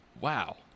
Wow